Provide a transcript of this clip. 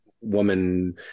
woman